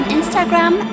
Instagram